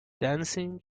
dancing